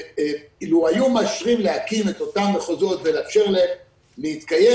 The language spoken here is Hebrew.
אילו היו מאפשרים להקים את אותם מחוזות ולאפשר להם להתקיים